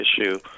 issue